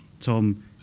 Tom